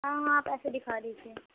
ہاں ہاں آپ ایسے دکھا لیجیے